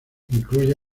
incluye